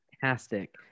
fantastic